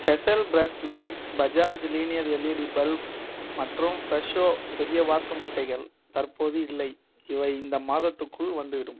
hazel bread knife Bajaj linear LED bulb மற்றும் Fresho பெரிய வாத்து முட்டைகள் தற்போது இல்லை இவை இந்த மாதத்துக்குள் வந்துவிடும்